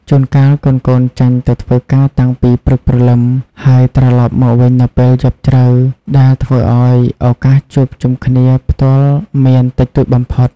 ជួនកាល កូនៗចេញទៅធ្វើការតាំងពីព្រឹកព្រលឹម ហើយត្រឡប់មកវិញនៅពេលយប់ជ្រៅ ដែលធ្វើឲ្យឱកាសជួបជុំគ្នាផ្ទាល់មានតិចតួចបំផុត។